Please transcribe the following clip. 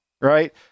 right